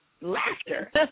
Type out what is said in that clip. laughter